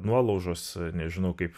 nuolaužos nežinau kaip